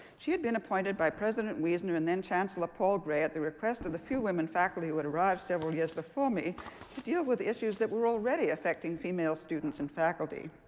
she had been appointed by president wiesner and then chancellor paul gray at the request of the few women faculty who had arrived several years before me to deal with issues that were already affecting female students and faculty.